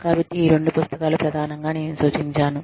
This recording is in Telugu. కాబట్టి ఈ రెండు పుస్తకాలు ప్రధానంగా నేను సూచించినవి